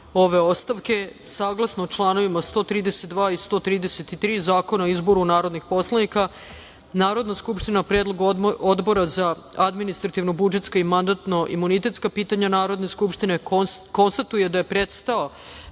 ove ostavke. Saglasno članovima 132. i 133. Zakona o izboru narodnih poslanika, Narodna skupština na Predlog Odbora za administrativno-budžetska i mandatno-imunitetska pitanja Narodne skupštine konstatuje da je prestao